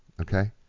okay